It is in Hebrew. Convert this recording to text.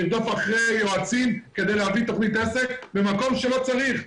לרדוף אחרי יועצים כדי להביא תוכנית עסק במקום שלא צריך.